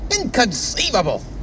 Inconceivable